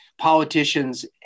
politicians